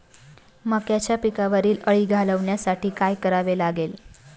मक्याच्या पिकावरील अळी घालवण्यासाठी काय करावे लागेल?